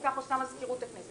וכך עושה מזכירות הכנסת,